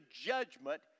judgment